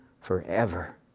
forever